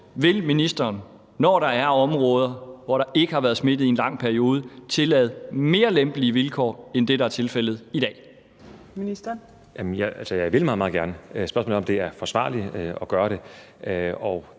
Vil ministeren, når der er områder, hvor der ikke har været smittede i en lang periode, tillade mere lempelige vilkår end det, der er tilfældet i dag? Kl. 14:48 Fjerde næstformand (Trine Torp): Ministeren.